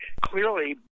clearly